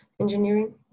engineering